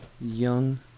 young